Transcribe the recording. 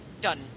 done